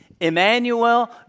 Emmanuel